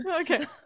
Okay